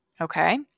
Okay